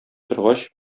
торгач